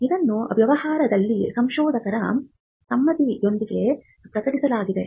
ಇದನ್ನು ವ್ಯವಹಾರದಲ್ಲಿ ಸಂಶೋಧಕರ ಸಮ್ಮತಿಯೊಂದಿಗೆ ಪ್ರಕಟಿಸಲಾಗಿದೆ